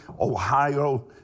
Ohio